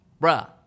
Bruh